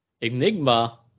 Enigma